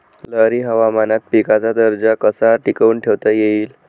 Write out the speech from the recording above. लहरी हवामानात पिकाचा दर्जा कसा टिकवून ठेवता येईल?